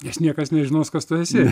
nes niekas nežinos kas tu esi